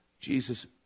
Jesus